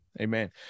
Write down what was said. amen